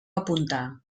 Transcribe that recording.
apuntar